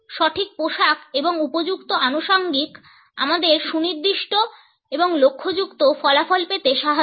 সঠিক পোশাক এবং উপযুক্ত আনুষাঙ্গিক আমাদের সুনির্দিষ্ট এবং লক্ষ্যযুক্ত ফলাফল পেতে সাহায্য করে